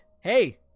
hey